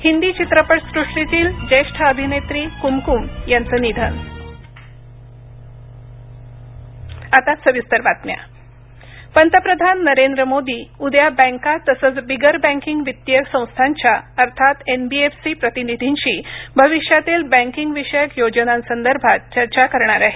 हिंदी चित्रपट सृष्टीतील ज्येष्ठ अभिनेत्री कुमकुम यांचं निधन पंतप्रधान नरेंद्र मोदी उद्या बँका तसंच बिगर बँकिंग वित्तीय संस्थांच्या अर्थात एनबीएफसी प्रतिनिधींशी भविष्यातील बँकिंगविषयक योजनांसदर्भात चर्चा करणार आहेत